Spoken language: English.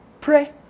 Pray